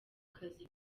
kazi